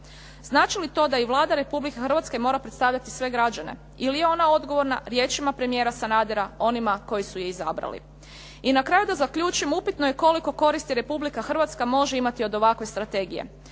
Znači li to da i Vlada Republike Hrvatske mora predstavljati sve građane ili je ona odgovorna riječima premijera Sanadera onima koji su je izabrali? I na kraju da zaključim, upitno je koliko koristi Republika Hrvatska može imati od ovakve strategije?